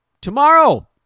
Tomorrow